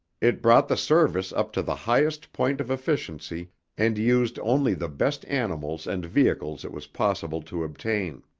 it brought the service up to the highest point of efficiency and used only the best animals and vehicles it was possible to obtain.